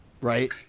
Right